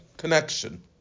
connection